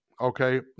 okay